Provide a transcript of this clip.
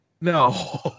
no